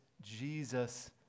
Jesus